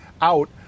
out